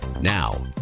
Now